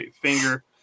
finger